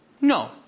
No